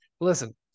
Listen